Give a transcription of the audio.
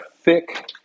thick